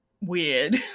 weird